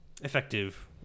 effective